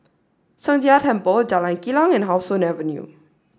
Sheng Jia Temple Jalan Kilang and How Sun Avenue